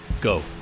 Go